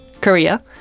Korea